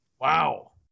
Wow